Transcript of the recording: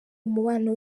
umubano